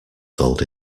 sold